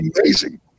amazing